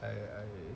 I